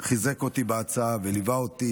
חיזק אותי בהצעה וליווה אותי,